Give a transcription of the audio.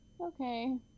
Okay